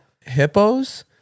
Hippos